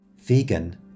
Vegan